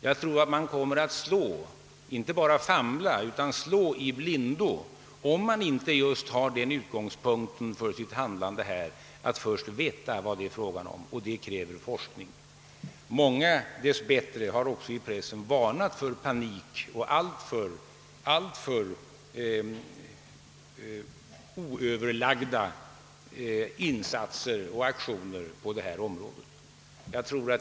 Man kommer såvitt jag förstår att inte bara famla utan slå i blindo, om man inte har den utgångspunkten för sitt handlande att först ta reda på vad det är frågan om; och detta kräver forskning. Många har också i pressen varnat för panik och för alltför oöverlagda insatser och aktioner på detta område.